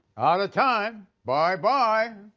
out of time, bye-bye.